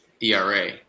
ERA